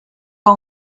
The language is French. pas